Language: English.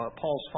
Paul's